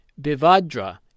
Bivadra